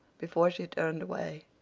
before she turned away,